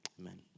Amen